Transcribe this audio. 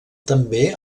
també